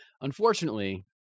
Unfortunately